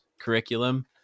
curriculum